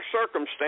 circumstance